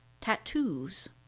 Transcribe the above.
tattoos